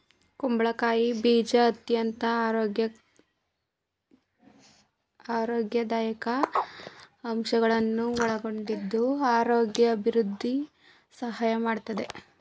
ಕುಂಬಳಕಾಯಿ ಬೀಜ ಅತ್ಯಂತ ಆರೋಗ್ಯದಾಯಕ ಅಂಶಗಳನ್ನು ಒಳಗೊಂಡಿದ್ದು ಆರೋಗ್ಯ ವೃದ್ಧಿಗೆ ಸಹಾಯ ಮಾಡತ್ತದೆ